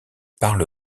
parle